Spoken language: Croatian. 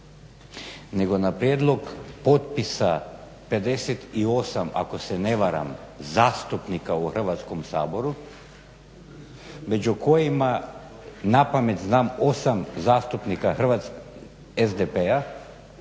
nego na prijedlog potpisa 58, ako se ne varam zastupnika u Hrvatskom saboru među kojima napamet znam 8 zastupnika SDP-a,